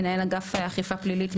מנהל אגף אכיפה פלילית,